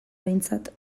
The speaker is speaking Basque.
behintzat